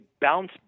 bounce